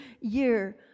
year